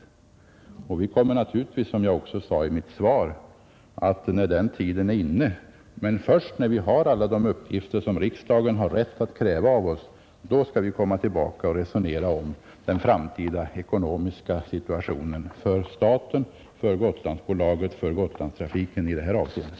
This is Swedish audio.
Som jag sade i mitt svar skall vi naturligtvis också när tiden är inne — men först när vi har alla de uppgifter som riksdagen har rätt att kräva av oss — komma tillbaka och resonera om den framtida ekonomiska situationen för staten, för Gotlandsbolaget och för Gotlandstrafiken i dess helhet.